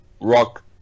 rock